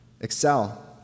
excel